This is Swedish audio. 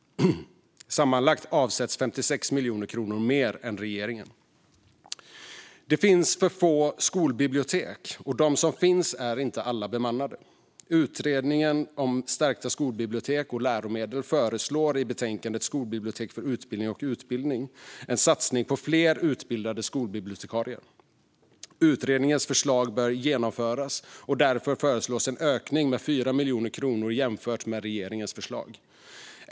Sammanlagt avsätts 56 miljoner kronor mer än regeringen gör. Det finns för få skolbibliotek, och de som finns är inte alla bemannade. Utredningen om stärkta skolbibliotek och läromedel föreslår i betänkandet Skolbibliotek för bildning och utbildning en satsning på fler utbildade skolbibliotekarier. Utredningens förslag bör genomföras, och därför föreslås en ökning med 4 miljoner kronor jämfört med regeringens förslag.